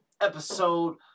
episode